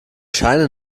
scheine